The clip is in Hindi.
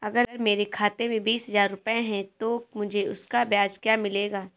अगर मेरे खाते में बीस हज़ार रुपये हैं तो मुझे उसका ब्याज क्या मिलेगा?